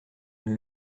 une